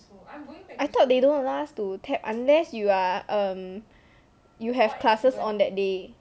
I thought they don't allow us to tap unless you are um you have classes on that day